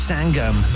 Sangam